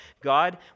God